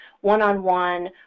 one-on-one